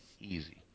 Easy